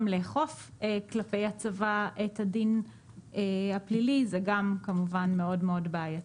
גם לאכוף כלפי הצבא את הדין הפלילי זה כמובן מאוד בעייתי.